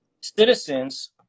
Citizens